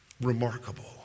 remarkable